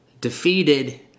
defeated